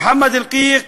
מוחמד אלקיק,